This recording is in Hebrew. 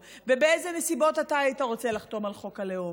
ובאיזה נסיבות אתה היית רוצה לחתום על חוק הלאום,